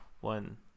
one